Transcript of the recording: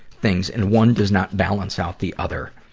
things, and one does not balance out the other.